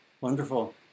Wonderful